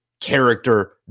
character